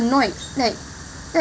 annoyed like like